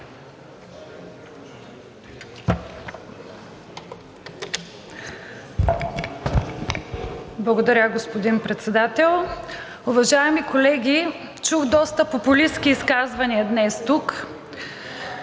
Благодаря, господин Председател. Уважаеми колеги, чух доста популистки изказвания днес тук.